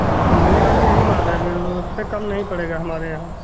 समझने वाली यही बात है फिर उससे कम नही पड़ेगा हमारे यहाँ